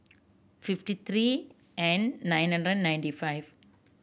fifty three and nine hundred ninety five